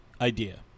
idea